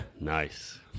nice